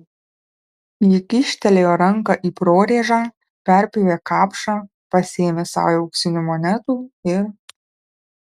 ji kyštelėjo ranką į prorėžą perpjovė kapšą pasėmė saują auksinių monetų ir